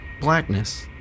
blackness